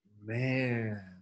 Man